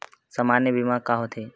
सामान्य बीमा का होथे?